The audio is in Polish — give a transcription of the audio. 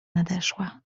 nadeszła